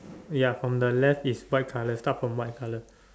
ya from the left is white colour start from white colour